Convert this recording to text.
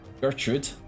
Gertrude